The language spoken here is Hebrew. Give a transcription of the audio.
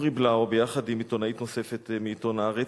אורי בלאו, ביחד עם עיתונאית נוספת מעיתון "הארץ",